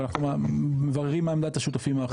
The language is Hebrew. אבל אנחנו מבררים מה עמדת השותפים האחרים.